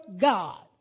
God